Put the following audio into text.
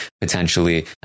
potentially